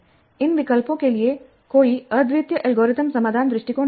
इन विकल्पों के लिए कोई अद्वितीय एल्गोरिथम समाधान दृष्टिकोण नहीं है